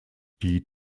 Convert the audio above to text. die